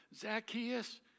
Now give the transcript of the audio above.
Zacchaeus